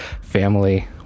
Family